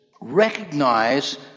recognize